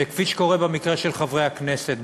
שכפי שקורה במקרה של חברי הכנסת,